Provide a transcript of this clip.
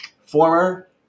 Former